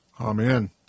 Amen